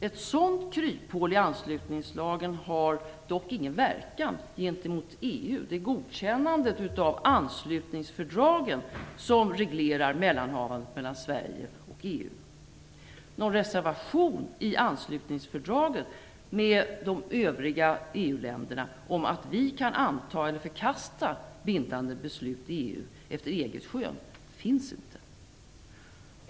Ett sådant kryphål i anslutningslagen har dock ingen verkan gentemot EU. Det är godkännandet av anslutningsfördragen som reglerar mellanhavandet mellan Sverige och EU. Någon reservation i anslutningsfördraget med de övriga EU-länderna om att vi kan anta eller förkasta bindande beslut i EU efter eget skön finns inte.